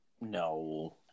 No